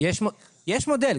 יש מודל,